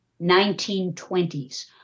1920s